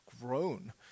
grown